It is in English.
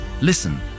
Listen